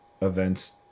events